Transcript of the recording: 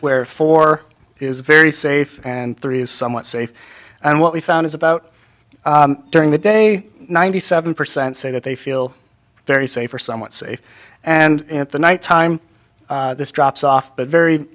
where four is very safe and three is somewhat safe and what we found is about during the day ninety seven percent say that they feel very safe or somewhat safe and at the night time this drops off but very